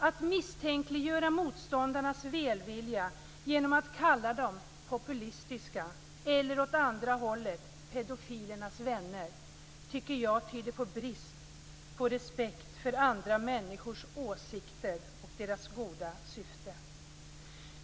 Att misstänkliggöra motståndarnas välvilja genom att kalla dem populistiska eller, åt andra hållet, pedofilernas vänner tycker jag tyder på brist på respekt för andra människors åsikter och goda syfte.